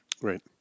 right